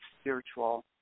spiritual